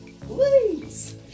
Please